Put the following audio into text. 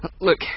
Look